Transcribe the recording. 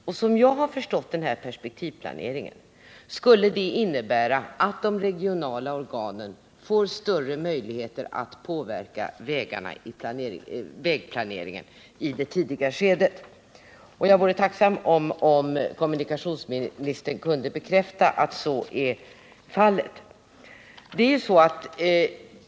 Såvitt jag har förstått den här perspektivplaneringen, skulle den innebära att de regionala organen får större möjlighet att påverka vägplaneringen i det tidiga skedet. Jag vore tacksam om kommunikationsministern kunde bekräfta att så är fallet.